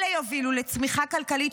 אלה יובילו לצמיחה כלכלית,